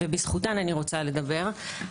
ובזכותם אני רוצה לדבר.